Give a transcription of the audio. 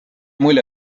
mulje